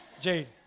Jade